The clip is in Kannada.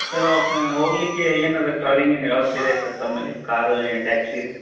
ಸರ್ ಅವಕ್ಕೆ ಹೋಗ್ಲಿಕ್ಕೆ ಏನಿದೆ ಟ್ರಾವೆಲ್ಲಿಂಗ್ ಏನು ವ್ಯವಸ್ಥೆ ಇದೆ ಸರ್ ತಮ್ಮಲ್ಲಿ ಕಾರು ಟ್ಯಾಕ್ಸಿ ರೀ